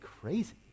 crazy